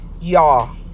Y'all